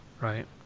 right